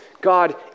God